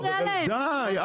די.